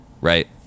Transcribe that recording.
Right